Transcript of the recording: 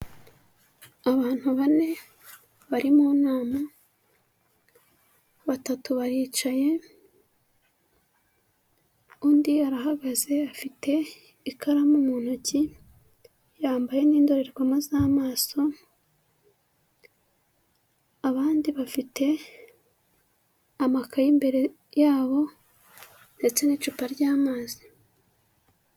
Abantu bane bari mu nama, batatu baricaye undi arahagaze afite ikaramu mu ntoki, yambaye n'indorerwamo z'amaso, abandi bafite amakaye imbere yabo ndetse n'icupa ry'amazi.